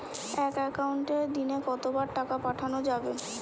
এক একাউন্টে দিনে কতবার টাকা পাঠানো যাবে?